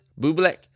Bublik